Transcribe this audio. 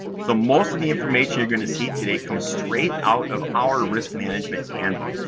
so, most of the information you're going to see today comes straight out of our risk management handbook.